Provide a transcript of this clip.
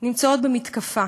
נמצאות במתקפה.